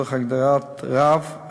תוך הגדרת רב,